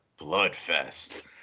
Bloodfest